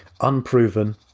unproven